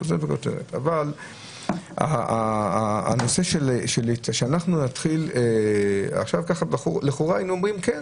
אבל הנושא שאנחנו נתחיל עכשיו לכאורה אני אומר: כן.